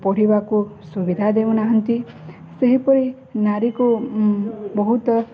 ପଢ଼ିବାକୁ ସୁବିଧା ଦେଉନାହାନ୍ତି ସେହିପରି ନାରୀକୁ ବହୁତ